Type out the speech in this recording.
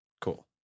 Cool